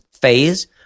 phase